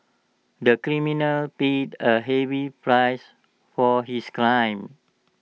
the criminal paid A heavy price for his crime